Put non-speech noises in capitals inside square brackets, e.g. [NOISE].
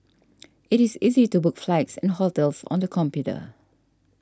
[NOISE] it is easy to book flights and hotels on the computer